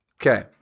Okay